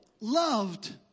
loved